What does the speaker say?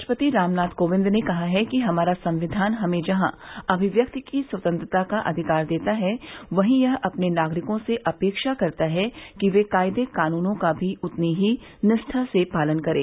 राष्ट्रपति रामनाथ कोविंद ने कहा है कि हमारा संविधान हमें जहां अभिव्यक्ति की स्वतंत्रता का अधिकार देता है वहीं यह अपने नागरिकों से अपेक्षा करता है कि वे कायदे कानूनों का भी उतनी ही निष्ठा से पालन करें